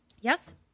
Yes